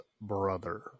brother